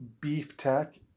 beeftech